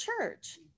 church